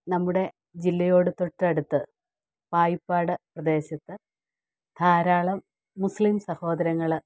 നമ്മുടെ ജില്ലയോട് തൊട്ടടുത്ത് പായിപ്പാട് പ്രദേശത്ത് ധാരാളം മുസ്ലിം സഹോദരങ്ങൾ